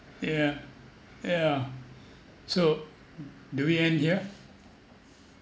yeah yeah so do we end here